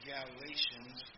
Galatians